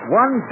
one